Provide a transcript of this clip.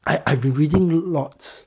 I I've been reading lots